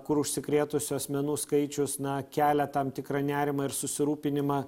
kur užsikrėtusių asmenų skaičius na kelia tam tikrą nerimą ir susirūpinimą